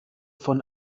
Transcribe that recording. von